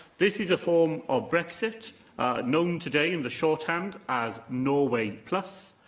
this is a form of brexit known today, in the shorthand, as norway plus,